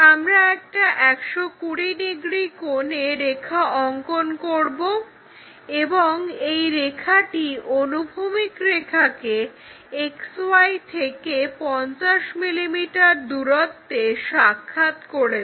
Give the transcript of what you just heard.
আমরা একটা 120 ডিগ্রী কোণে রেখা অঙ্কন করব এবং এই রেখাটি অনুভূমিক রেখাকে XY থেকে 50 mm দূরত্বে সাক্ষাৎ করছে